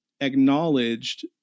acknowledged